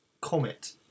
comet